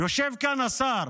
יושב כאן השר,